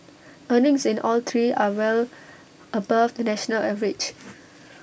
earnings in all three are well above the national average